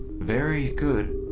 very good.